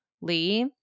Lee